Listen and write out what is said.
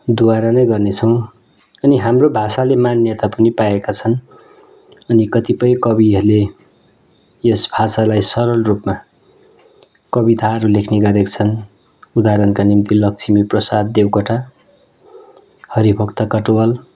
द्वारा नै गर्नेछौँ अनि हाम्रो भाषाले मान्यता पनि पाएका छन् अनि कतिपय कविहरूले यस भाषालाई सरल रूपमा कविताहरू लेख्ने गरेका छन् उदाहरणका निम्ति लक्ष्मीप्रसाद देवकोटा हरिभक्त कटुवाल